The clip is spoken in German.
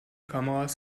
kameras